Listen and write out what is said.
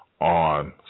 on